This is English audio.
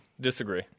Disagree